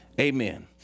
Amen